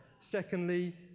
Secondly